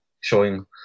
showing